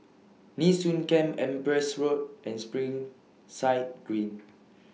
Nee Soon Camp Empress Road and Springside Green